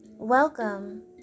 Welcome